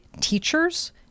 teachers